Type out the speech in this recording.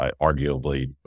arguably